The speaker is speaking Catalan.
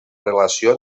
relació